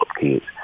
kids